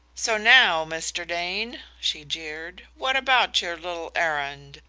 so now, mr. dane, she jeered, what about your little errand?